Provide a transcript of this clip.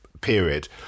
period